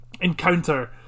encounter